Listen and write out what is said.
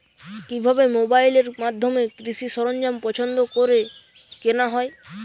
কিভাবে মোবাইলের মাধ্যমে কৃষি সরঞ্জাম পছন্দ করে কেনা হয়?